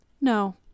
No